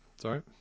sorry